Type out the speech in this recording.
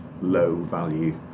low-value